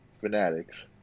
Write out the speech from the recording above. fanatics